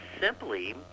simply